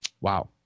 Wow